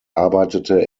arbeitete